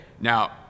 now